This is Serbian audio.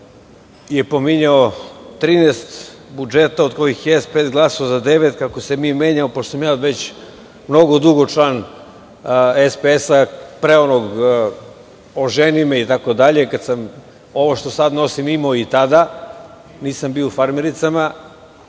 je pominjao 13 budžeta od kojih je SPS glasao za devet, kako se mi menjamo, pošto sam ja već mnogo dugo član SPS, pre onog „oženi me“ itd, kada sam ovo što sad nosim imao i tada, nisam bio u farmericama. Samo